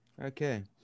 Okay